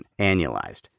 annualized